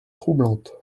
troublante